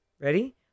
Ready